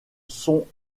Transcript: sont